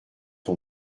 ton